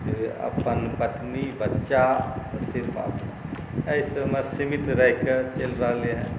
जे अपन पत्नी बच्चा सिर्फ एहि सबमे सीमित रहिकऽ चलि रहलै हेँ